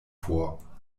vor